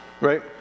right